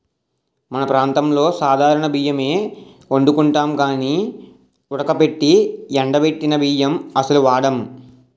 మన ప్రాంతంలో సాధారణ బియ్యమే ఒండుకుంటాం గానీ ఉడకబెట్టి ఎండబెట్టిన బియ్యం అస్సలు వాడం